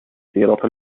طيلة